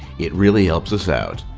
it really helps us out.